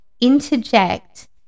interject